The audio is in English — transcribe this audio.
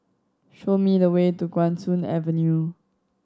show me the way to Guan Soon Avenue